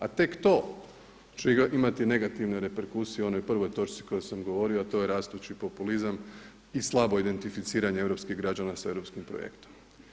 A tek to će imati negativne reperkusije u onoj prvoj točci o kojoj sam govorio, a to je rastući populizam i slabo identificiranje europskih građana sa europskim projektom.